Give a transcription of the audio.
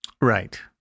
Right